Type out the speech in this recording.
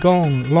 Gone